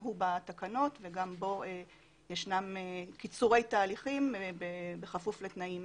הוא בתקנות וגם בו יש קיצורי תהליכים בכפוף לתנאים